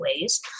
ways